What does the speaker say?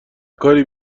کاری